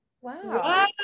Wow